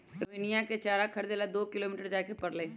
रोहिणीया के चारा खरीदे ला दो किलोमीटर जाय पड़लय